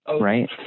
right